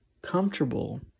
comfortable